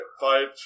five